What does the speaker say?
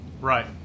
Right